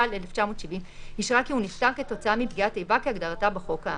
התש"ל-1970 אישרה כי הוא נפטר כתוצאה מפגיעת איבה כהגדרתה בחוק האמור."